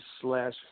slash